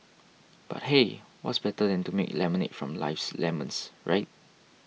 but hey what better than to make lemonade from life's lemons right